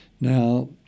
Now